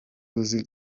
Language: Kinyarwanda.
uzi